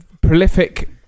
prolific